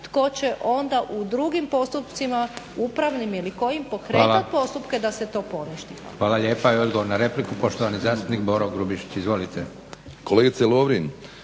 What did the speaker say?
tko će onda u drugim postupcima upravnim ili kojim pokretat postupke da se to poništi. **Leko, Josip (SDP)** Hvala lijepa. I odgovor na repliku poštovani zastupnik Boro Grubišić. Izvolite. **Grubišić,